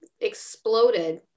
exploded